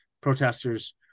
protesters